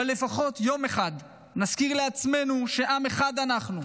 אבל לפחות יום אחד נזכיר לעצמנו שעם אחד אנחנו,